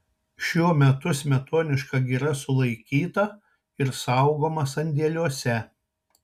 šiuo metu smetoniška gira sulaikyta ir saugoma sandėliuose